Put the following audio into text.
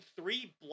three